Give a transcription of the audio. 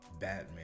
Batman